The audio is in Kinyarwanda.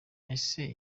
ese